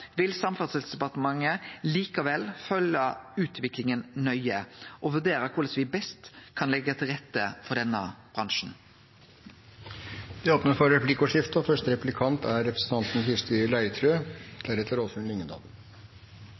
vil Samferdselsdepartementet følgje utviklinga nøye og vurdere korleis me best kan leggje til rette for denne bransjen. Det blir replikkordskifte. I behandlingen i komiteen er